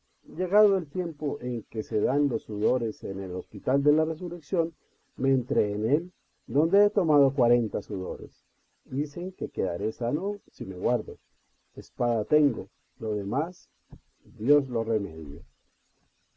llegado el tiempo en que se dan los sudores en el hospital de la resurrección me entré en él donde he tomado cuarenta sudores dicen que quedaré sano si me guardo espada tengo lo demás d ios le remedie